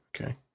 Okay